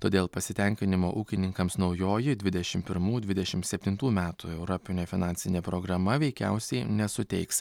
todėl pasitenkinimo ūkininkams naujoji dvidešim pirmų dvidešim septintų metų europinė finansinė programa veikiausiai nesuteiks